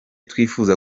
twifuza